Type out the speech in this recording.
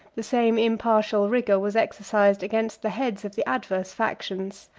the same impartial rigor was exercised against the heads of the adverse factions.